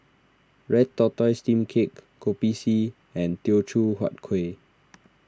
Red Tortoise Steamed Cake Kopi C and Teochew Huat Kueh